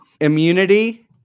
immunity